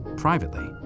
Privately